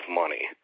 money